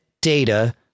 data